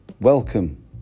welcome